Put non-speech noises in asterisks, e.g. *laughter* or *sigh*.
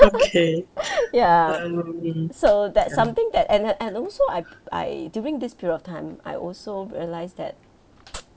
*laughs* ya so that's something that and and also I I during this period of time I also realised that *noise*